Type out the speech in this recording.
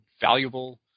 valuable